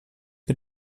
mit